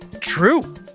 true